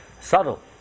subtle